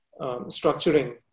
structuring